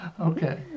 okay